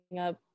up